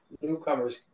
newcomers